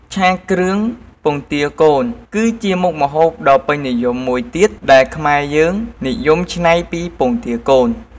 ឆាគ្រឿងពងទាកូន គឺជាមុខម្ហូបដ៏ពេញនិយមមួយទៀតដែលខ្មែរយើងនិយមច្នៃពីពងទាកូន។